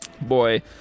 Boy